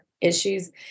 issues